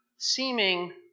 seeming